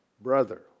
brother